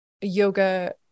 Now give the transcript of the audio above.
yoga